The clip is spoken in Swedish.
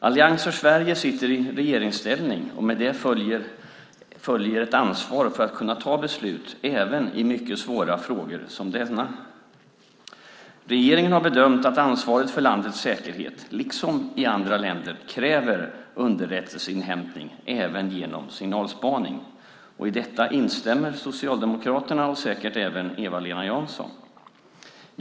Allians för Sverige sitter i regeringsställning, och med det följer ett ansvar för att kunna fatta beslut även i mycket svåra frågor som denna. Regeringen har bedömt att ansvaret för landets säkerhet, liksom i andra länder, kräver underrättelseinhämtning även genom signalspaning. I detta instämmer Socialdemokraterna och säkert även Eva-Lena Jansson.